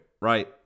right